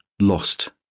lost